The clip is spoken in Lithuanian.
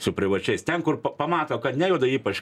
su privačiais ten kur pamato kad nejuda ypač